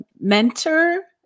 mentor